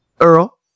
Earl